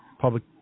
public